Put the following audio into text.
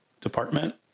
department